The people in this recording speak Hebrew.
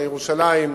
הרי ירושלים,